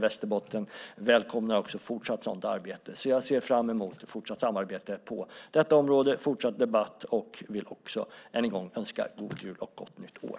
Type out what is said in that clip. Jag välkomnar också ett fortsatt sådant arbete. Jag ser fram emot fortsatt samarbete på detta område och fortsatt debatt. Jag vill än en gång önska god jul och gott nytt år.